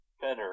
better